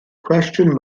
cwestiwn